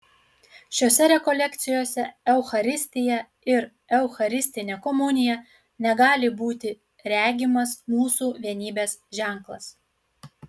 šiose rekolekcijose eucharistija ir eucharistinė komunija negali būti regimas mūsų vienybės ženklas